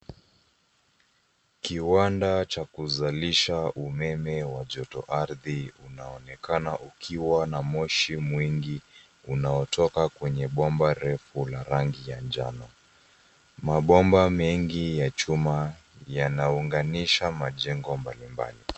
Kiwanda cha kuzalisha umeme wa joto ardhi unaonekana ukiwa na moshi mwingi unaotoka kwenye bomba refu la rangi ya njano. Mabomba mengi ya chuma yanaunganisha majengo mbalimbali.